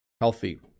healthy